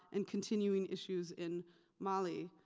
and continuing issues in mali,